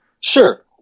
Sure